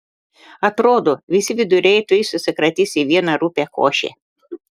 atrodo visi viduriai tuoj susikratys į vieną rupią košę